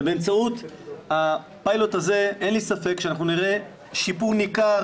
ובאמצעות הפיילוט הזה אין לי ספק שנראה שיפור ניכר.